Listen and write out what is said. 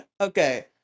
Okay